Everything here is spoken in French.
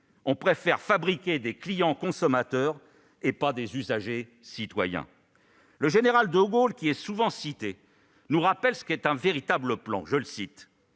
on préfère fabriquer des clients consommateurs plutôt que des usagers citoyens. Le général de Gaulle, qui est souvent cité, nous rappelle ce qu'est un véritable plan :« Il